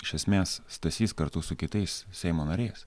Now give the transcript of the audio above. iš esmės stasys kartu su kitais seimo nariais